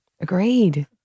Agreed